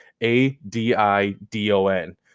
A-D-I-D-O-N